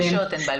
מה הדרישות, ענבל?